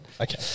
Okay